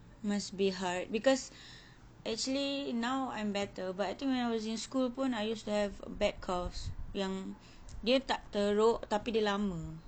must be hard because actually now I'm better but I think when I was in school pun I used to have bad coughs yang dia tak teruk tapi dia lama